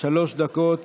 שלוש דקות